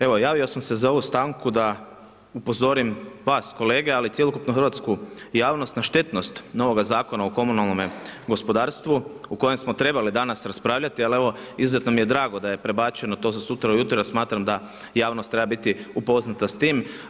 Evo javio sam se za ovu stanku da upozorim vas kolege, ali i cjelokupnu hrvatsku javnost na štetnost novog Zakona o komunalnom gospodarstvu o kojem smo trebali danas raspravljati, ali evo izuzetno mi je drago da je to prebačeno to za sutra ujutro jer smatram da javnost treba biti upoznata s tim.